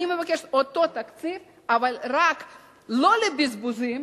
אני מבקשת אותו תקציב, אבל רק לא לבזבוזים,